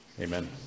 Amen